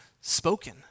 spoken